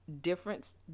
Difference